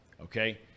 Okay